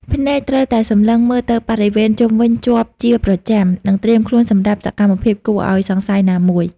ភ្នែកត្រូវតែសម្លឹងមើលទៅបរិវេណជុំវិញជាប់ជាប្រចាំ និងត្រៀមខ្លួនសម្រាប់សកម្មភាពគួរឱ្យសង្ស័យណាមួយ។